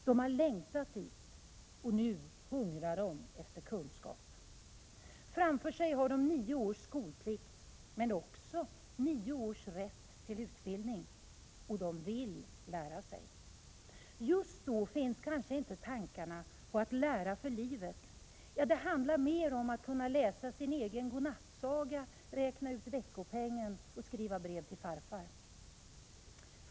De har längtat till den här dagen, och nu hungrar de efter kunskap. Framför sig har de nio års skolplikt, men också rätt till nio års utbildning. De vill lära sig. Just då finns kanske inte tankarna på att lära för livet; det handlar mer om att kunna läsa sin egen godnattsaga, räkna ut veckopengen eller skriva brev till farfar.